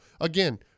again